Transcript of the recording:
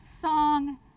song